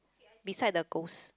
beside the ghost